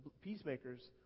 peacemakers